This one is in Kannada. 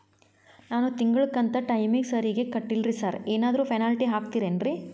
ನಾನು ತಿಂಗ್ಳ ಕಂತ್ ಟೈಮಿಗ್ ಸರಿಗೆ ಕಟ್ಟಿಲ್ರಿ ಸಾರ್ ಏನಾದ್ರು ಪೆನಾಲ್ಟಿ ಹಾಕ್ತಿರೆನ್ರಿ?